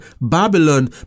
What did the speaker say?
Babylon